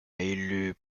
élu